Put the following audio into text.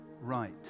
right